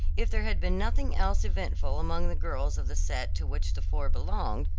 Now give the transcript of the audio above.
if there had been nothing else eventful among the girls of the set to which the four belonged,